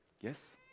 Yes